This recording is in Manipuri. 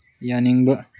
ꯌꯥꯅꯤꯡꯕ